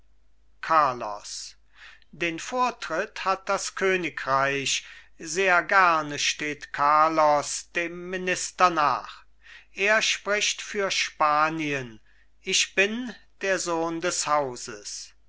carlos den vortritt hat das königreich sehr gerne steht carlos dem minister nach er spricht für spanien ich bin der sohn des hauses